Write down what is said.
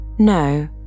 No